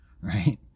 right